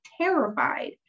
terrified